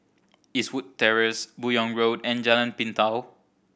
Eastwood Terrace Buyong Road and Jalan Pintau